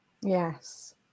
Yes